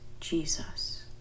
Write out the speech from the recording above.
Jesus